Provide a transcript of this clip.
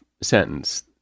sentence